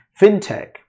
FinTech